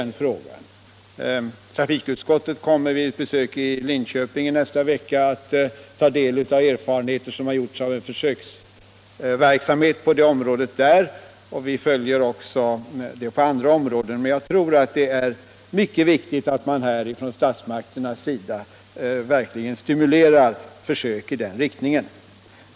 Trafikutskottet kommer vid ett besök i Linköping nästa vecka att ta del av erfarenheter av en försöksverksamhet på detta område där. Vi följer utvecklingen också i andra områden. Jag tror att det är mycket viktigt att statsmakterna verkligen stimulerar försök i den riktningen.